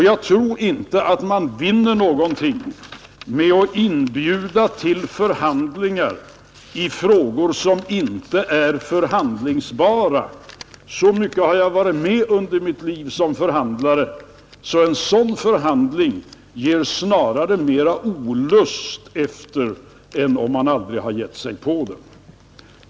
Jag tror inte man vinner någonting med att inbjuda till förhandlingar i frågor som inte är förhandlingsbara. Så mycket har jag lärt under mitt liv som förhandlare att jag vet att sådan förhandling snarare ger mera olust efteråt än om man aldrig hade gett sig på den.